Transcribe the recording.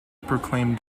proclaimed